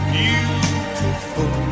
beautiful